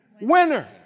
winner